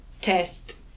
test